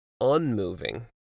unmoving